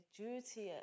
duty